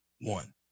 one